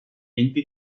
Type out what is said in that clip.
enti